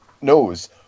knows